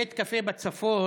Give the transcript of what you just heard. בבית קפה בצפון,